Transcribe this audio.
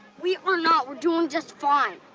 we are not! we're doing just fine.